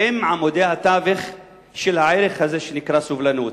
הן עמודי התווך של הערך הזה, שנקרא סובלנות.